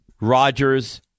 Rodgers